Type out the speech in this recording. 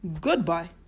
Goodbye